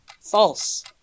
False